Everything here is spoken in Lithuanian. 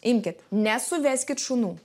imkit nesuveskit šunų